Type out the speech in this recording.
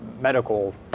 medical